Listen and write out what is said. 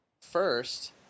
first